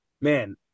man